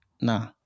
Nah